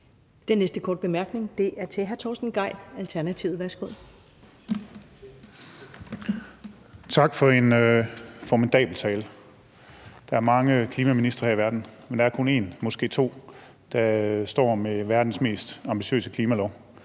Den næste korte bemærkning er til hr. Torsten Gejl, Alternativet. Værsgo. Kl. 13:21 Torsten Gejl (ALT): Tak for en formidabel tale. Der er mange klimaministre i verden, men der er kun en, måske to, der står med verdens mest ambitiøse klimalov.